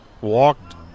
Walked